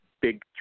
big